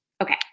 Okay